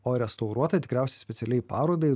o restauruota tikriausiai specialiai parodai